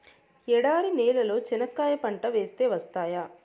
ఎడారి నేలలో చెనక్కాయ పంట వేస్తే వస్తాయా?